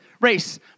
race